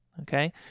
okay